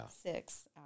six